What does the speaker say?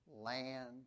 land